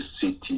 city